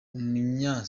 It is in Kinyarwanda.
umunya